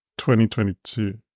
2022